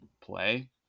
play